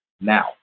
now